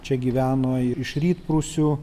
čia gyveno ir iš rytprūsių